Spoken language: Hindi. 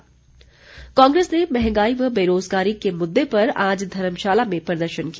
कांग्रेस कांग्रेस ने महंगाई व बेरोज़गारी के मुद्दे पर आज धर्मशाला में प्रदर्शन किया